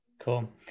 Cool